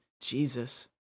Jesus